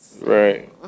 Right